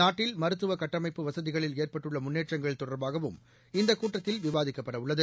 நாட்டில் மருத்துவக் கட்டமைப்பு வசதிகளில் ஏற்பட்டுள்ளமுன்னேற்றங்கள் தொடர்பாகவும் இந்தக் கூட்டத்தில் விவாதிக்கப்படவுள்ளது